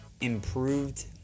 improved